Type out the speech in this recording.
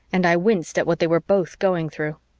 and i winced at what they were both going through.